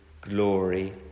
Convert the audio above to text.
glory